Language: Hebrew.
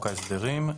ההסדרים.